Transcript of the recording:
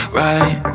right